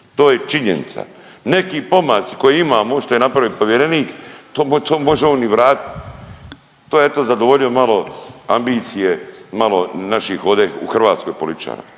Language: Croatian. To je činjenica. Neki pomaci koje imamo što je napravio povjerenik to, to može on i vratit. To je eto zadovoljio malo ambicije malo i naših ovdje u Hrvatskoj političara.